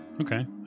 Okay